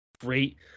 great